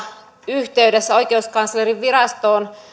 yhteydessä oikeuskanslerinvirastoon